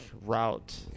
route